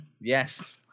Yes